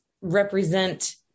represent